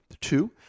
Two